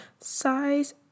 size